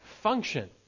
function